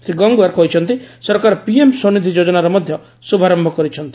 ଶ୍ରୀ ଗଙ୍ଗୱାର କହିଛନ୍ତି ସରକାର ପିଏମ୍ ସ୍ୱନିଧି ଯୋଜନାର ମଧ୍ୟ ଶୁଭାରମ୍ଭ କରିଛନ୍ତି